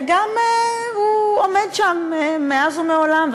וגם הוא עומד שם מאז ומעולם,